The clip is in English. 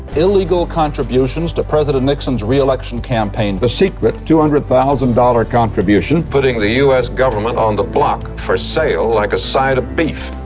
illegal contributions to president nixon's reelection campaign. the secret two hundred thousand dollars contribution putting the u s. government on the block for sale, like a side of beef.